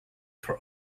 for